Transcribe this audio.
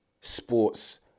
sports